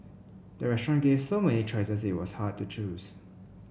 the restaurant gave so many choices that it was hard to choose